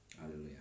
Hallelujah